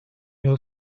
yıl